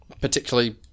particularly